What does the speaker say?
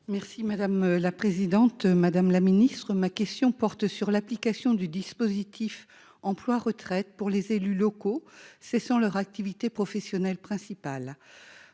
Madame la présidente, madame la secrétaire d'État, ma question porte sur l'application du dispositif d'emploi-retraite pour les élus locaux cessant leur activité professionnelle principale.